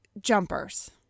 jumpers